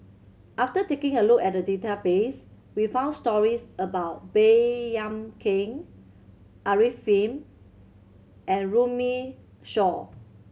after taking a look at the database we found stories about Baey Yam Keng Arifin and Runme Shaw